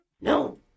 No